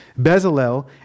Bezalel